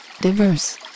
Diverse